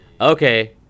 Okay